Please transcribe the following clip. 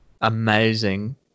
amazing